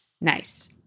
Nice